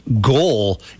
goal